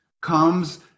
comes